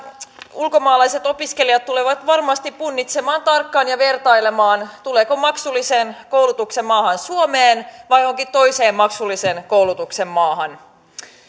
ulkomaalaiset opiskelijat tulevat varmasti punnitsemaan tarkkaan ja vertailemaan tulevatko maksullisen koulutuksen maista suomeen vai johonkin toiseen maksullisen koulutuksen maahan